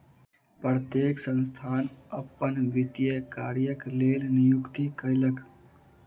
प्रत्येक संस्थान अपन वित्तीय कार्यक लेल नियुक्ति कयलक